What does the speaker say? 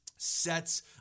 sets